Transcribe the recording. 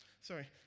Sorry